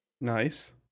Nice